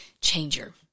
changer